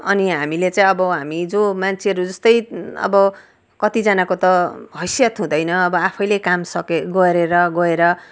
अनि हामीले चाहिँ अब हामी जो मान्छेहरू जस्तै अब कतिजनाको त हैसियत हुँदैन अब आफैले काम सके गरेर गएर